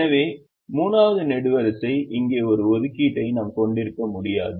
எனவே 3 வது நெடுவரிசை இங்கே ஒரு ஒதுக்கீட்டை நாம் கொண்டிருக்க முடியாது